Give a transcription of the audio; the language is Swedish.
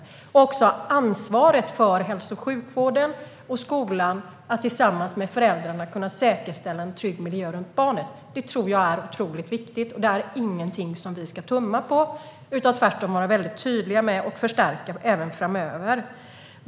Att hälso och sjukvården och skolan tillsammans med föräldrarna kan säkerställa en trygg miljö runt barnet tror jag är otroligt viktigt. Det är ingenting som vi ska tumma på utan tvärtom vara mycket tydliga med och förstärka även framöver.